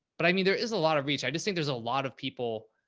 but i mean, there is a lot of reach. i just think there's a lot of people.